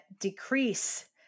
decrease